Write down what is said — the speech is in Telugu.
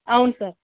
అవును సార్